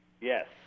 Yes